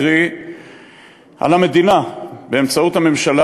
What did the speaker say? קרי על המדינה באמצעות הממשלה,